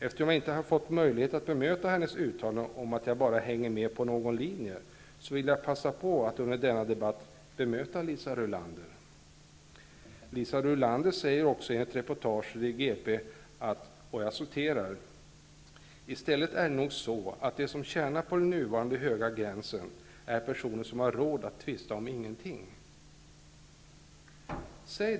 Eftersom jag inte har fått möjlighet att bemöta hennes uttalande om att jag bara hänger med på någon linje, vill jag passa på att här under denna debatt bemöta Liisa Liisa Rulander säger också följande i ett reportage i GP: ''I stället är det nog så att de som tjänar på den nuvarande höga gränsen är personer som har råd att tvista om ingenting.''